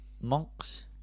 Monks